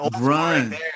run